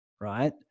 right